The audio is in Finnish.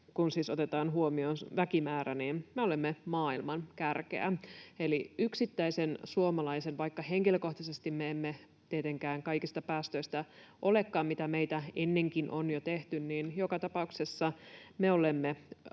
kun siis otetaan huomioon väkimäärä. Eli vaikka yksittäisinä suomalaisina henkilökohtaisesti emme tietenkään kaikista päästöistä olekaan vastuussa, mitä meitä ennenkin on jo tehty, niin joka tapauksessa me olemme